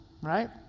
right